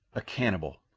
a cannibal!